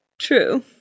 True